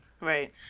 right